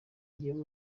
njyewe